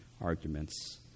arguments